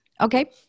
Okay